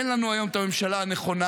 אין לנו היום את הממשלה הנכונה,